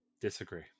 Disagree